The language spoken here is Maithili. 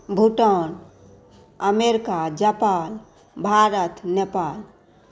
Bhutan America Japan Bharat Nepal